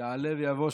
יעלה ויבוא.